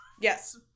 Yes